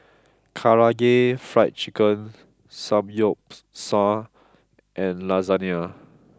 Karaage Fried Chicken Samgyeopsal and Lasagna